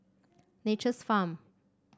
Nature's Farm